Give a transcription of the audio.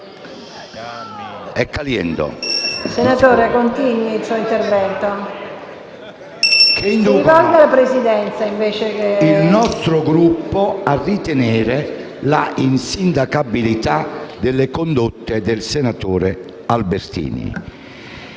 inducono il nostro Gruppo a ritenere l'insindacabilità delle condotte del senatore Albertini.